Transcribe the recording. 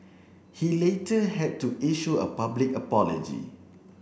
he later had to issue a public apology